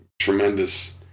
tremendous